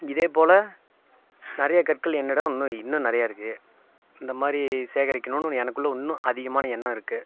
இதேப்போல் நிறைய கற்கள் என்னிடம் இன்னும் இன்னும் நிறையா இருக்குது இந்தமாதிரி சேகரிக்கணும்னு எனக்குள்ளே இன்னும் அதிகமான எண்ணம் இருக்குது